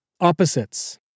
Opposites